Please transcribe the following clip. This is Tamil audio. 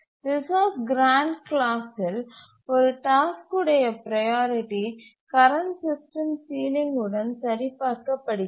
ரிசோர்ஸ் கிராண்ட் க்ளாஸ் இல் ஒரு டாஸ்க் உடைய ப்ரையாரிட்டி கரண்ட் சிஸ்டம் சீலிங் உடன் சரிபார்க்கப்படுகிறது